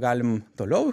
galim toliau